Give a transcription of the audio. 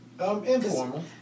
Informal